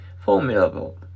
formidable